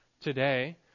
today